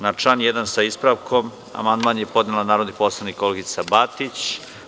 Na član 1. sa ispravkom, amandman je podnela narodni poslanik Olgica Batić.